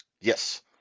Yes